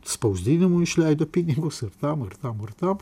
spausdinimui išleido pinigus ir tam ir tam ir tam